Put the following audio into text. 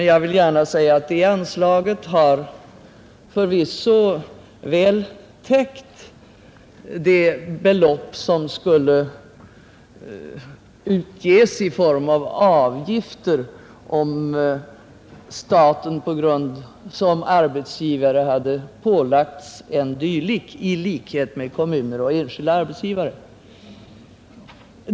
Jag vill gärna säga att det anslaget förvisso väl har täckt det belopp som skulle utges i form av avgifter om staten som arbetsgivare hade pålagts dylika i likhet med kommuner och enskilda arbetsgivare.